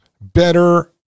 better